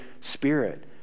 Spirit